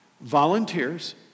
volunteers